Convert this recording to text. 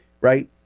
right